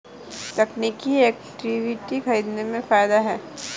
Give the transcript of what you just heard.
तकनीकी इक्विटी खरीदने में फ़ायदा है